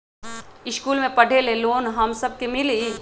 इश्कुल मे पढे ले लोन हम सब के मिली?